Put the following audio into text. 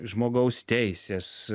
žmogaus teisės